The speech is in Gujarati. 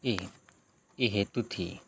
એ એ હેતુથી